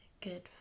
good